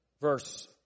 verse